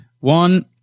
One